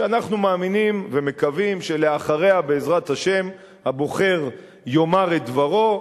שאנחנו מאמינים ומקווים שאחריה בעזרת השם הבוחר יאמר את דברו,